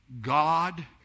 God